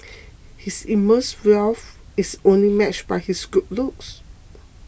his immense wealth is only matched by his good looks